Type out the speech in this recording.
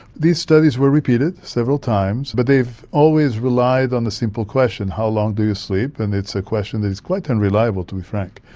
these studies were repeated several times, but they've always relied on the simple question how long do you sleep? and it's a question that is quite unreliable, to be frank.